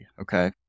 Okay